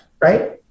Right